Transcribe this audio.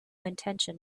intention